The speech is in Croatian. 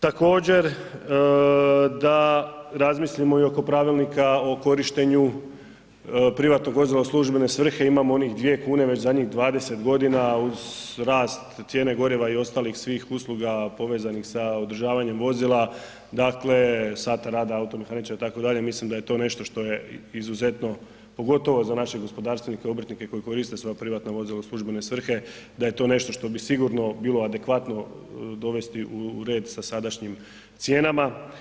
Također da razmislimo i oko pravilnika o korištenju privatnog vozila u službene svrhe, imamo onih 2 kune već zadnjih 20 godina uz rast cijene goriva i ostalih svih usluga povezanih sa održavanjem vozila, dakle sat rada automehaničara itd., mislim da je to nešto što je izuzetno pogotovo za naše gospodarstvenike, obrtnike koji koriste svoja privatna vozila u svoje službene svrhe da je to nešto što bi sigurno bilo adekvatno dovesti u red sa sadašnjim cijenama.